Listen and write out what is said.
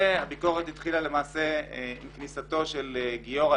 הביקורת התחילה למעשה עם כניסתו של גיורא